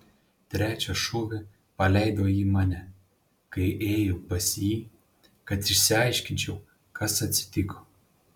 trečią šūvį paleido į mane kai ėjau pas jį kad išsiaiškinčiau kas atsitiko